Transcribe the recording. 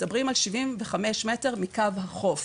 מדברים על 75 מטר מקו החוף.